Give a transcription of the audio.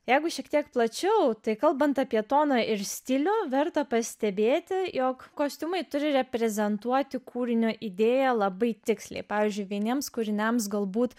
jeigu šiek tiek plačiau tai kalbant apie toną ir stilių verta pastebėti jog kostiumai turi reprezentuoti kūrinio idėją labai tiksliai pavyzdžiui vieniems kūriniams galbūt